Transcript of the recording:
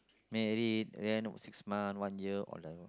married then six month one year all divorce